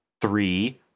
three